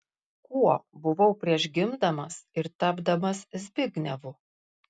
kuo buvau prieš gimdamas ir tapdamas zbignevu